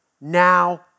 Now